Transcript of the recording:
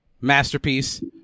Masterpiece